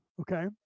Okay